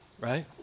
right